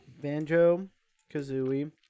Banjo-Kazooie